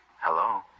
Hello